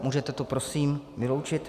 Můžete to prosím vyloučit?